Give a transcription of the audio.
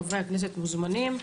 חברי הכנסת מוזמנים.